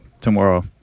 tomorrow